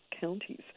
counties